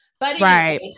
Right